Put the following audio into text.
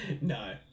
No